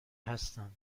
هستم